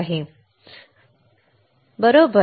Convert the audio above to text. बरोबर कॅपेसिटर ठीक आहे